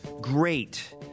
great